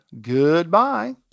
Goodbye